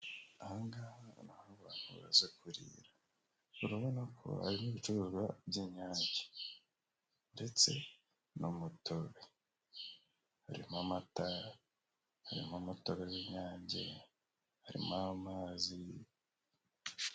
Ahangaha ni aho abantu baza kurira, urabona ko harimo ibicuruzwa by'inyange ndetse n'umotobe, harimo amata, harimo amata y'inyange, harimo amazi.